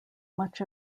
much